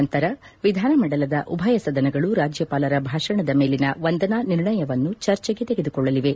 ನಂತರ ವಿಧಾನಮಂಡಲದ ಉಭಯ ಸದನಗಳು ರಾಜ್ಯಪಾಲರ ಭಾಷಣದ ಮೇಲಿನ ವಂದನಾ ನಿರ್ಣಯವನ್ನು ಚರ್ಚೆಗೆ ತೆಗೆದುಕೊಳ್ಳಲಿವೆ